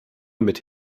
mit